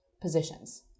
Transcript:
positions